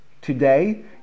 today